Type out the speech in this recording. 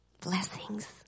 Blessings